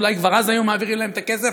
אולי כבר אז היו מעבירים להם את הכסף,